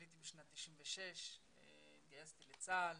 עליתי בשנת 1996. התגייסתי לצה"ל,